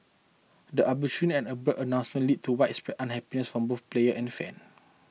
the arbitrary and abrupt announcement led to widespread unhappiness from both players and fans